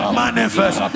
manifest